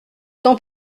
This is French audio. temps